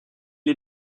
est